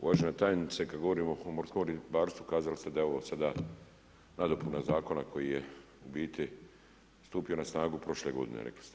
Uvažena tajnice, kad govorimo o morskom ribarstvu, kazali ste da je ovo sada nadopuna Zakona koji je u biti stupio na snagu prošle godine, rekli ste.